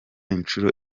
inshuro